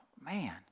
man